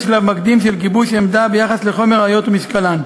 שלב מקדים של גיבוש עמדה ביחס לחומר הראיות ומשקלן.